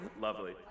Lovely